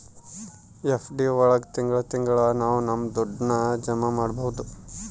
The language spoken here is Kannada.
ಎಫ್.ಡಿ ಒಳಗ ತಿಂಗಳ ತಿಂಗಳಾ ನಾವು ನಮ್ ದುಡ್ಡನ್ನ ಜಮ ಮಾಡ್ಬೋದು